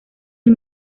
del